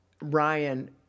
Ryan